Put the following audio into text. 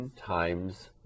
times